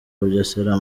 bugesera